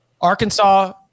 Arkansas